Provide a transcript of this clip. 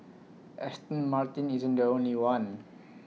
Aston Martin isn't the only one